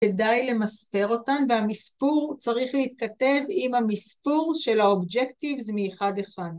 ‫כדאי למספר אותן, והמספור, ‫צריך להתכתב עם המספור של הobjectives מ-1-1.